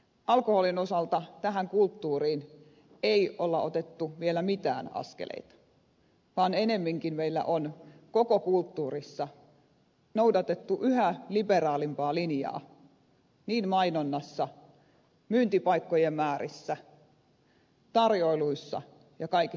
alkoholin osalta tähän kulttuuriin ei ole otettu vielä mitään askeleita vaan ennemminkin meillä on koko kulttuurissa noudatettu yhä liberaalimpaa linjaa niin mainonnassa myyntipaikkojen määrissä tarjoiluissa kuin kaikessa muussa